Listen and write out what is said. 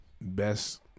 best